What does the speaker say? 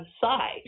side